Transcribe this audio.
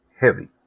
heavy